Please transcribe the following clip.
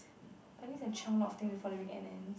I need to chiong a lot of things before the weekend ends